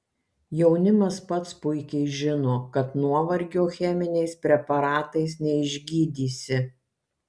jaunimas pats puikiai žino kad nuovargio cheminiais preparatais neišgydysi